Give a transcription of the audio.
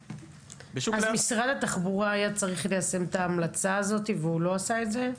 אז משרד התחבורה היה צריך ליישם את ההמלצה הזאת והוא לא עשה את זה?